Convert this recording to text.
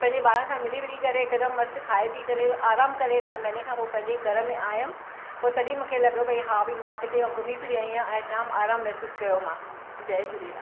पंहिंजे ॿारनि सां मिली विली करे हिकदमु मस्तु खाए पी करे आराम करे मां महीने खां पोइ पंहिंजे घर में आयमि पो तॾहिं मूंखे लॻो भई हा भई मां किते अम घुमी फिरी आई आहियां ऐं जाम आराम महसूस कयो मां जय झूलेलाल